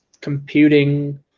computing